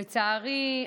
לצערי,